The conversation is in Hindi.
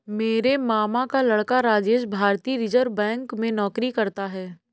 मेरे मामा का लड़का राजेश भारतीय रिजर्व बैंक में नौकरी करता है